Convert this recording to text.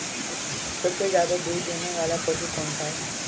सबसे ज़्यादा दूध देने वाला पशु कौन सा है?